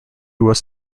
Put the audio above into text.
was